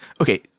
okay